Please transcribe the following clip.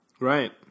Right